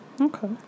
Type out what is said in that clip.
Okay